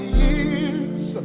years